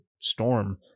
storm